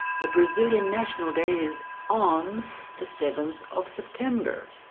the brazilian national day is on the seventh of september.